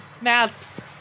Maths